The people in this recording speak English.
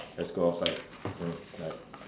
let's go outside (mm)bye